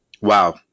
Wow